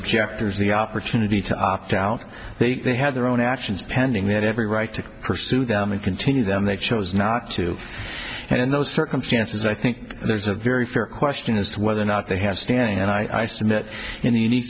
objectors the opportunity to opt out that they had their own actions pending they had every right to pursue them and continue them they chose not to and in those circumstances i think there's a very fair question as to whether or not they have standing and i submit in the unique